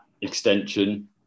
extension